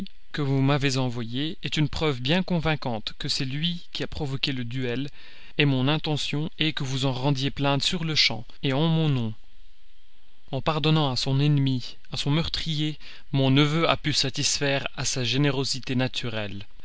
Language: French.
que vous m'avez envoyé est une preuve bien convaincante que c'est lui qui a provoqué le duel mon intention est que vous en rendiez plainte sur-le-champ en mon nom en pardonnant à son ennemi à son meurtrier mon neveu a pu satisfaire à sa générosité naturelle